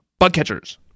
Bugcatchers